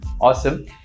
awesome